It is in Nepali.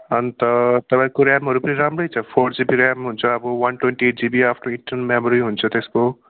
अन्त तपाईँको ऱ्यामहरू पनि राम्रै छ फोर जिबी ऱ्याम हुन्छ अब one twenty eight GB after internal memory हुन्छ त्यसको